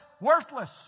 worthless